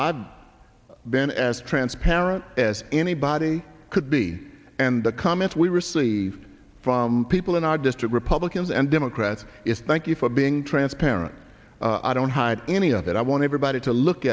then as transparent as anybody could be and the comments we received from people in our district republicans and democrats is thank you for being transparent i don't hide any of it i want everybody to look